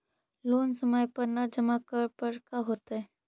Loan समय पर न जमा करला पर का होतइ?